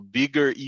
bigger